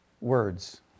words